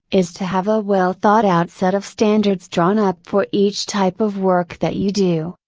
is to have a well thought out set of standards drawn up for each type of work that you do,